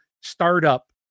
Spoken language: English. startup